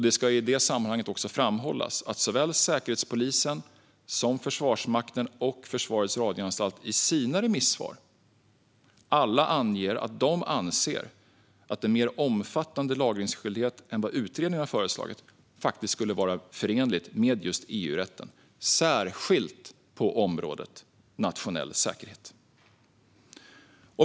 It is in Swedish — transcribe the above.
Det ska i det sammanhanget framhållas att såväl Säkerhetspolisen som Försvarsmakten och Försvarets radioanstalt i sina remissvar anger att de anser att en mer omfattande lagringsskyldighet än vad utredningen har föreslagit skulle vara förenlig med EU-rätten, särskilt på området nationell säkerhet.